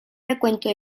recuento